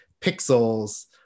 pixels